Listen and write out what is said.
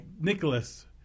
Nicholas